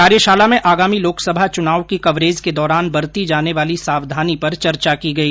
कार्यशाला में आगामी लोकसभा चुनाव की कवरेज के दौरान बरती जाने वाली सावधानी पर चर्चा की गई